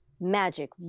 magic